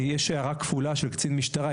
יש הערה כפולה של קצין משטרה,